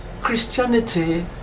christianity